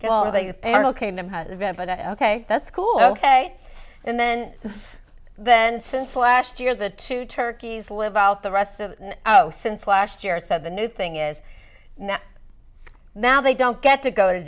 dollar they are ok ok that's cool ok and then then since last year the two turkeys live out the rest of since last year said the new thing is now now they don't get to go to